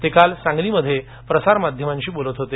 ते काल सांगलीमध्ये प्रसारमाध्यमांशी बोलत होते